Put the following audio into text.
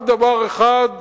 רק בדבר אחד